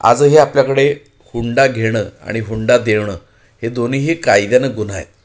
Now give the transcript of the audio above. आजही आपल्याकडे हुंडा घेणं आणि हुंडा देणं हे दोन्हीही कायद्यानं गुन्हा आहेत